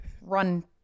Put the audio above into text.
run